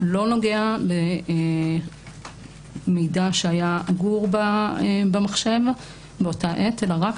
לא נוגע למידע שהיה אגור במחשב באותה עת אלא רק